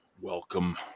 welcome